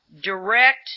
direct